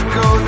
go